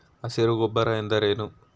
ಹಸಿರು ಗೊಬ್ಬರ ಎಂದರೇನು?